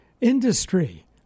industry